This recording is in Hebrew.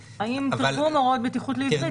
האם תרגום הוראות בטיחות לעברית נתפס ---?